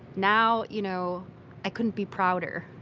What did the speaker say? now you know i couldn't be prouder.